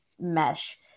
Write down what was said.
mesh